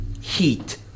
heat